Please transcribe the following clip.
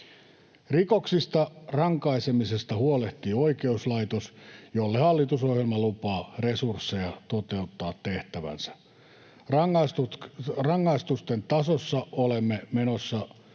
Rikoksista rankaisemisesta huolehtii oikeuslaitos, jolle hallitusohjelma lupaa resursseja toteuttaa tehtävänsä. Rangaistusten tasossa olemme menossa